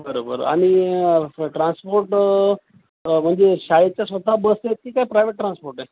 बरं बरं आणि ट्रान्सपोर्ट म्हणजे शाळेेतच्या स्वताः बस आहेत क काय प्रायवेट ट्रान्सपोर्ट आहे